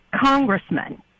congressman